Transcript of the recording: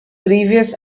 previous